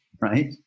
right